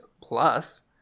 plus